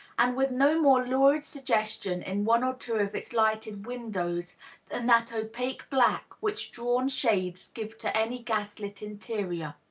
and with no more lurid suggestion in one or two of its lighted windows than that opaque blank which drawn shades give to any gas-lit interior.